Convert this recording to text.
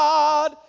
God